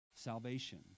salvation